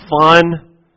fun